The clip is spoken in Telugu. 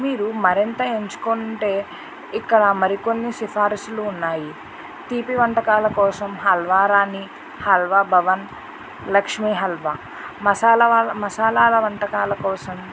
మీరు మరింత ఎంచుకుంటే ఇక్కడ మరి కొన్ని సిఫార్సులు ఉన్నాయి తీపి వంటకాల కోసం హల్వా రాణి హల్వా భవన్ లక్ష్మి అల్వా మసాల మసాల వంటకాల కోసం